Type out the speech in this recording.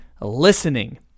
listening